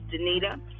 Danita